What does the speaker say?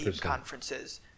conferences